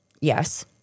yes